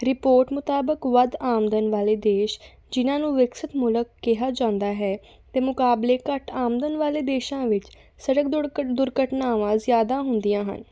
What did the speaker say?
report ਮੁਤਾਬਕ ਵੱਧ ਆਮਦਨ ਵਾਲੇ ਦੇਸ਼ ਜਿਨ੍ਹਾਂ ਨੂੰ ਵਿਕਸਿਤ ਮੁਲਕ ਕਿਹਾ ਜਾਂਦਾ ਹੈ ਦੇ ਮੁਕਾਬਲੇ ਘੱਟ ਆਮਦਨ ਵਾਲੇ ਦੇਸ਼ਾਂ ਵਿੱਚ ਸੜਕ ਦੁੜਘ ਦੁਰਘਟਨਾਵਾਂ ਜ਼ਿਆਦਾ ਹੁੰਦੀਆਂ ਹਨ